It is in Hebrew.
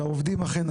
לעובדים אכן,